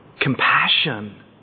compassion